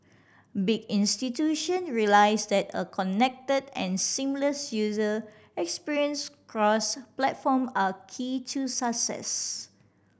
big institution realised that a connected and seamless user experience cross platform are key to success